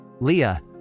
Leah